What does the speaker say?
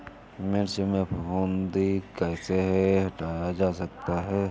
मिर्च में फफूंदी कैसे हटाया जा सकता है?